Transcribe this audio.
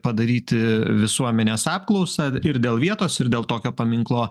padaryti visuomenės apklausą ir dėl vietos ir dėl tokio paminklo